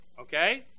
Okay